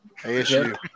ASU